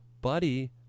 Buddy